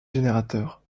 générateurs